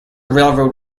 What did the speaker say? railroad